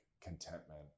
contentment